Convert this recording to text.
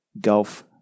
gulf